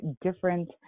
different